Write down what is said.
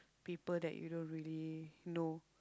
people that you don't really know